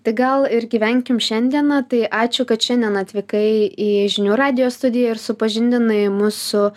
tai gal ir gyvenkim šiandiena tai ačiū kad šiandien atvykai į žinių radijo studiją ir supažindinai mus su